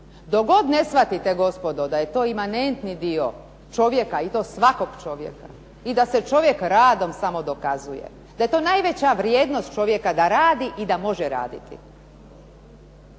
Dok god ne shvatite gospodo da je to imanentni dio čovjeka i to svakog čovjeka i da se čovjek samo radom dokazuje, da je to najveća vrijednost čovjeka da radi i da može raditi,